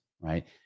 right